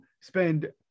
spend